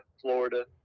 Florida